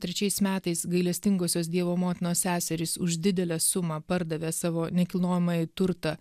trečiais metais gailestingosios dievo motinos seserys už didelę sumą pardavė savo nekilnojamąjį turtą